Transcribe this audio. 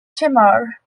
timor